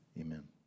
Amen